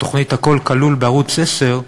בתוכנית "הכול כלול" בערוץ 10,